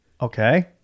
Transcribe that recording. Okay